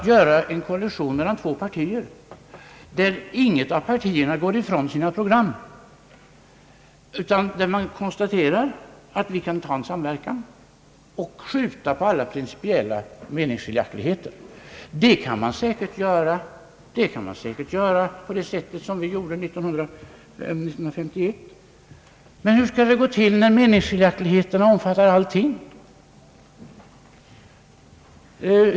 Då bildades en koalition mellan två partier, där inget av partierna gick ifrån sitt program, utan där de konstaterade att vi kan ta en samverkan och skjuta på alla principiella meningsskiljaktigheter. Men hur skall det gå till när meningsskiljaktigheterna omfattar allting?